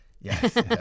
Yes